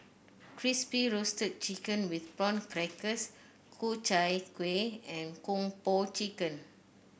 Crispy Roasted Chicken with Prawn Crackers Ku Chai Kueh and Kung Po Chicken